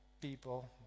people